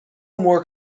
more